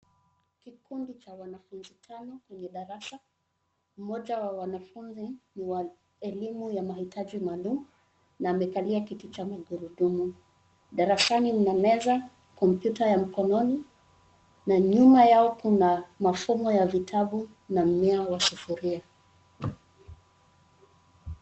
Kikundi cha wanafunzi tano kwenye darasa mmoja wa wanafunzi ni wa elimu ya mahitaji ya maalumu na amekalia kiti cha magurudumu. Darasani mna meza komputa ya mkononi na nyuma yao kuna mafumo ya vitabu na mmea wa sufuria.